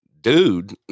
dude